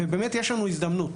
ובאמת יש לנו הזדמנות.